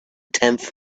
tenth